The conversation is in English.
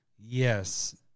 Yes